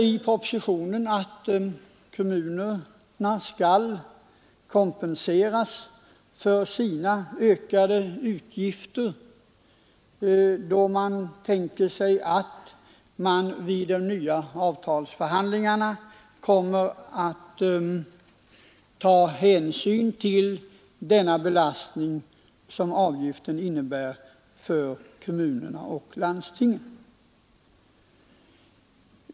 I propositionen sägs att kommunerna skall kompenseras för sina ökade utgifter på grund av denna extra avgift genom att vid de kommande förhandlingarna hänsyn tas till den belastning som avgiften innebär för kommunerna och landstingen.